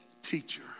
Teacher